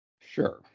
Sure